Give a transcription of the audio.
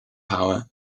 power